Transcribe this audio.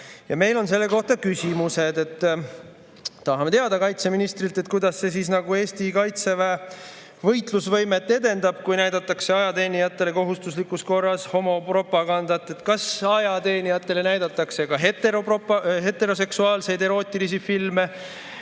Meil on selle kohta küsimused. Tahame kaitseministrilt teada, kuidas see siis Eesti kaitseväe võitlusvõimet edendab, kui ajateenijatele näidatakse kohustuslikus korras homopropagandat. Kas ajateenijatele näidatakse ka heteroseksuaalseid erootilisi filme